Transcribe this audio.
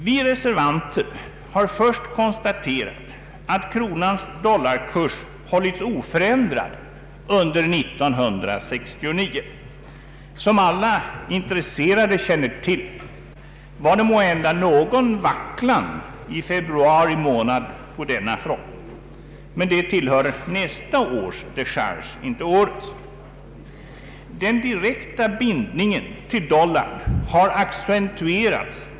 Vi reservanter har först konstaterat att kronans dollarkurs hållits oförändrad under 1969. Som alla intresserade känner till, var det måhända någon vacklan i februari månad på denna front; men det tillhör nästa års decharge, inte årets. Den direkta bindningen till dollarn har accentuerats.